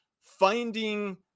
finding